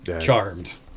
Charmed